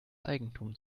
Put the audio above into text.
eigentum